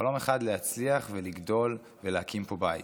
חלום אחד להצליח, לגדול ולהקים פה בית.